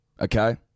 Okay